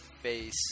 face